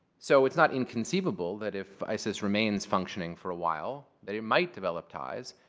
so it's not inconceivable that if isis remains functioning for a while, they might develop ties.